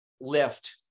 lift